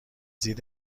دید